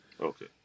okay